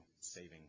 saving